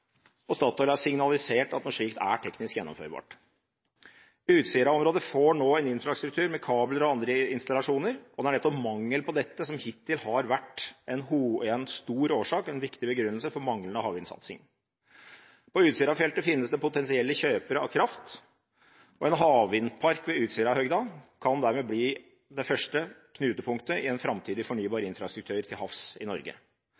og Statoil har signalisert at noe slikt er teknisk gjennomførbart. Utsira-området får nå en infrastruktur med kabler og andre installasjoner. Det er nettopp mangler som dette som hittil har vært en årsak og en viktig begrunnelse for manglende havvindsatsing. På Utsira-feltet finnes det potensielle kjøpere av kraft, og en havvindpark ved Utsirahøyden kan dermed bli det første knutepunktet i en framtidig fornybar infrastruktur til havs i Norge.